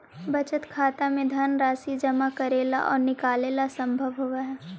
बचत खाता में धनराशि जमा करेला आउ निकालेला संभव होवऽ हइ